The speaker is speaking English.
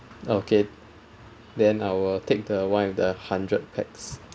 okay then I will take the one with the hundred pax